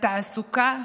בתעסוקה,